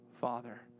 Father